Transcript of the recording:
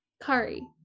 curry